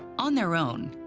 on their own,